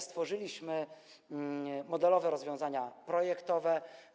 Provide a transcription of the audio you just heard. Stworzyliśmy modelowe rozwiązania projektowe.